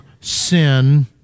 sin